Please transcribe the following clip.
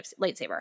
lightsaber